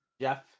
Jeff